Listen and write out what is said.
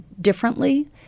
differently